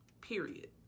period